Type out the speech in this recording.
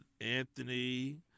Anthony